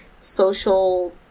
social